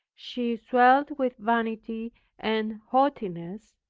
she swelled with vanity and haughtiness.